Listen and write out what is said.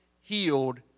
healed